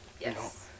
Yes